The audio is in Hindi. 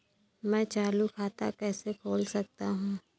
मैं चालू खाता कैसे खोल सकता हूँ?